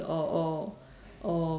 or or or